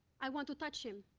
i want to touch him.